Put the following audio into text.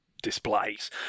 displays